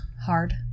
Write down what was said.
hard